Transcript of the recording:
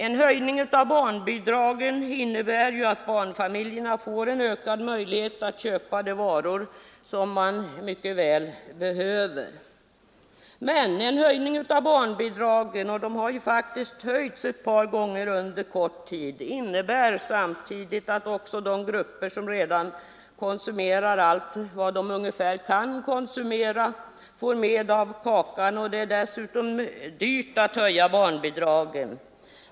En höjning av barnbidragen innebär ju att barnfamiljerna får ökade möjligheter att köpa de varor som de så väl behöver. Men en höjning av de bidragen — och de har ju höjts ett par gånger på kort tid — innebär samtidigt att också de grupper som redan konsumerar ungefär allt som de kan konsumera får med av kakan. Och dessutom är det dyrt att höja barnbidragen.